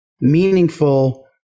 meaningful